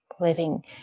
living